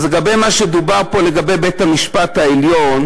אז לגבי מה שדובר פה, לגבי בית-המשפט העליון,